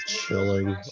chilling